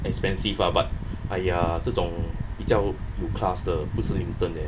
expensive uh but !aiya! 这种比较有 class 的不是 lipton eh